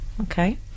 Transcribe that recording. okay